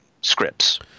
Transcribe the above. scripts